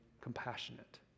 compassionate